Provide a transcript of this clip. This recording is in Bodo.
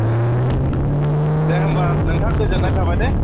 उम दे होनब्ला नोंथां गोजोननाय थाबाय दे